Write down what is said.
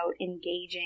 engaging